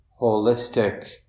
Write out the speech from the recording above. holistic